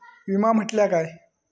विमा म्हटल्या काय?